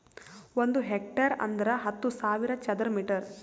ಒಂದ್ ಹೆಕ್ಟೇರ್ ಅಂದರ ಹತ್ತು ಸಾವಿರ ಚದರ ಮೀಟರ್